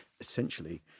essentially